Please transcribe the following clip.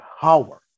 power